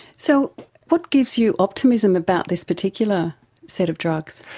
so what gives you optimism about this particular set of drugs?